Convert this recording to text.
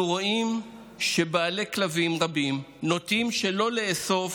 אנחנו רואים שבעלי כלבים רבים נוטים שלא לאסוף